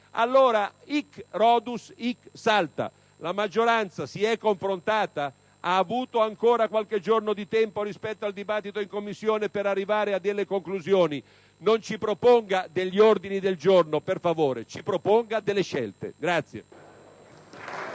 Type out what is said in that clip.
allora: «*hic Rhodus hic salta*». La maggioranza si è confrontata, ha avuto ancora qualche giorno di tempo rispetto al dibattito in Commissione per arrivare a delle conclusioni. Non ci proponga degli ordini del giorno, per favore: ci proponga delle scelte!